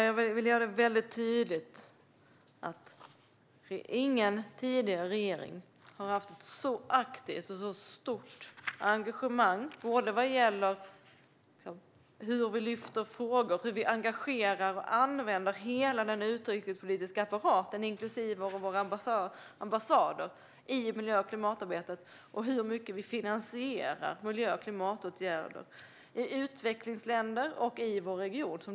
Jag vill göra det väldigt tydligt att ingen tidigare regering har haft ett så aktivt och så stort engagemang som denna regering vad gäller hur vi lyfter fram frågor, hur vi engagerar och använder hela den utrikespolitiska apparaten inklusive våra ambassader i miljö och klimatarbetet och hur mycket vi finansierar miljö och klimatåtgärder i utvecklingsländer och i vår region.